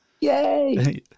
yay